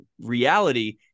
reality